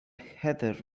heather